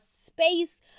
space